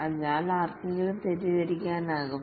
അതിനാൽ ആർക്കെങ്കിലും തെറ്റിദ്ധരിക്കാനാകും